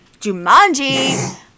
Jumanji